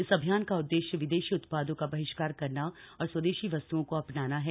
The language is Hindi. इस अभियान का उद्देश्य विदेशी उत्पादों का बहिष्कार करना और स्वदेशी वस्तुओं को अपनाना है